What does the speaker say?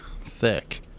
thick